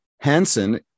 Hansen